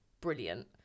brilliant